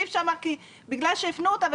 פרטנית ולהשליך על כל הפעילות המשטרתית.